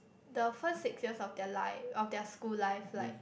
the first six years of their life of their school life like